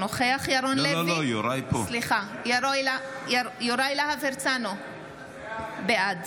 בעד